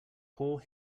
poor